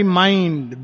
mind